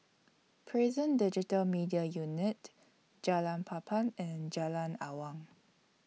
Prison Digital Media Unit Jalan Papan and Jalan Awang